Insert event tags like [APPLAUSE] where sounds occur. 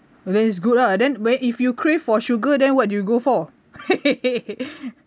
that is good lah then when if you crave for sugar then what do you go for [LAUGHS]